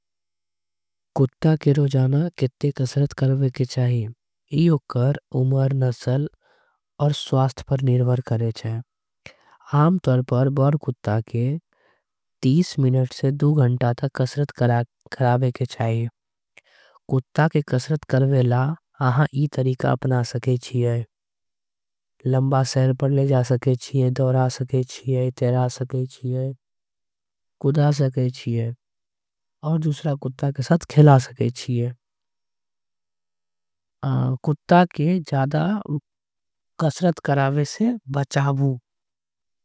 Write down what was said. कुट्टा के रोजाना कित्ते कसरत करवे के चाहिए इयो कर उमर। नसल और स्वास्थ पर निर्वर करे चाहें आम तर पर बहुर। कुट्टा क मिनिट से घंटा तक कसरत। करावे के चाहिए कुट्टा के कसरत करवे ला आहां ई। तरीका अपना सके चीए लंबा सहर पर ले जा सके चीए। दोरा सके चीए तेरा सके चीए कुदा सके चीए और दूसरा। कुट्टा के सथ खिला सके चीए कुट्टा। के जादा कसरत करावे से बचाबू।